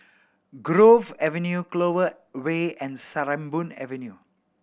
Grove Avenue Clover Way and Sarimbun Avenue